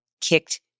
kicked